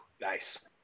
nice